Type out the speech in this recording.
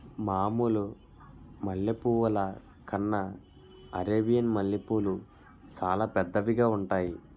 మామూలు మల్లె పువ్వుల కన్నా అరేబియన్ మల్లెపూలు సాలా పెద్దవిగా ఉంతాయి